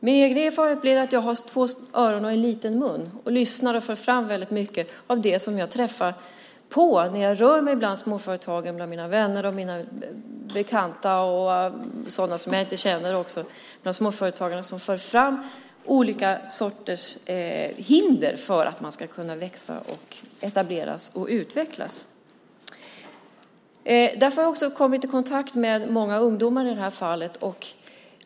Min egen erfarenhet blir att jag har två öron och en liten mun, och jag lyssnar och för fram väldigt mycket av det som jag träffar på när jag rör mig bland småföretagen, bland mina vänner och bekanta och bland folk som jag inte känner. De berättar om olika sorters hinder för att företagen ska kunna växa, etableras och utvecklas. Jag har också kommit i kontakt med många ungdomar i det här fallet.